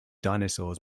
dinosaurs